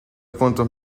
puntos